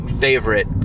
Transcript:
favorite